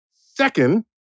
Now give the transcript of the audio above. Second